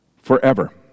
forever